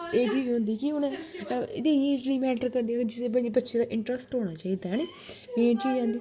एह् चीज होंदी कि उ'नें एह्दे एज निं मैटर करदी बच्चे दा इंट्रस्ट होना चाहिदा है नी मेन चीज